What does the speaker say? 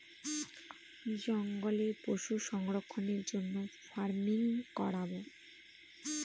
জঙ্গলে পশু সংরক্ষণের জন্য ফার্মিং করাবো